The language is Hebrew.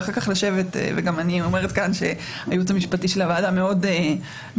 אני אומרת כאן שהייעוץ המשפטי של הוועדה מאוד עוזר,